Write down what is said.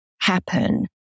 happen